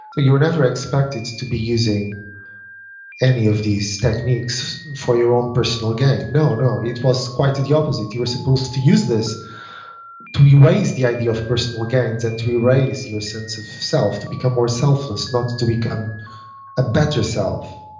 you are never expected to be using any of these techniques for your own personal gain. no, no. it was quite the opposite. you were supposed to use this to erase the idea of personal gains and to erase your sense of self. to become more selfless. not to become a better self.